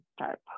start